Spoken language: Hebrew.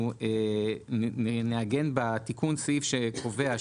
אנחנו נעגן בתיקון סעיף שקובע,